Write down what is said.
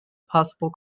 possible